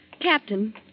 Captain